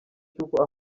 cy’uko